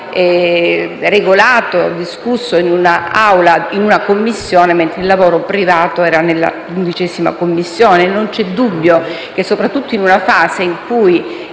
Grazie